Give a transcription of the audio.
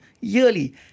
yearly